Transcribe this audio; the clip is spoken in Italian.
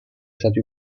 stati